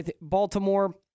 Baltimore